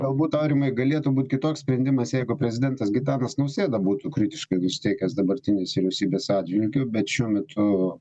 galbūt aurimai galėtų būti kitoks sprendimas jeigu prezidentas gitanas nausėda būtų kritiškai nusiteikęs dabartinės vyriausybės atžvilgiu bet šiuo metu